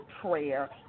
prayer